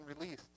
released